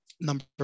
number